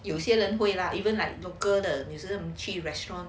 有些人会 lah even like local 的有时去 restaurant